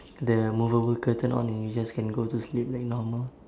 the movable curtain on and you just can go to sleep like normal